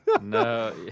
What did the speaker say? No